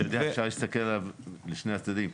אתה יודע, אפשר להסתכל עליו לשני הצדדים.